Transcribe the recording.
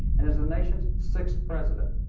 and as the nation's sixth president.